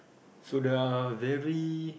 so there are very